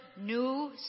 new